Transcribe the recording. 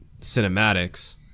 cinematics